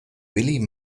willie